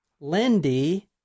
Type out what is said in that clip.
Lindy